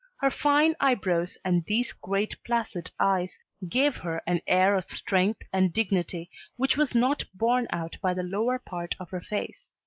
her fine eyebrows and these great placid eyes gave her an air of strength and dignity which was not borne out by the lower part of her face.